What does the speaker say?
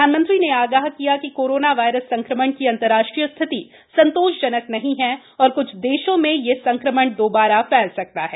प्रधानमंत्री ने आगाह किया कि कोरोना वायरस संक्रमण की अंतरराष्ट्रीय स्थिति संतोषजनक नहीं है और क्छ देशों में यह संक्रमण दोबारा फैल सकता है